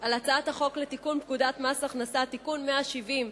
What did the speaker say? על הצעת החוק לתיקון פקודת מס הכנסה (מס' 170)